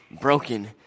broken